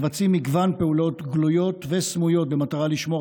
מבצעים מגוון פעולות גלויות וסמויות במטרה לשמור